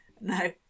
no